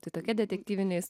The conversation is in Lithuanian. tai tokia detektyvinės